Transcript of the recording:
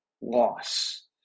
loss